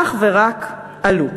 אך ורק עלו.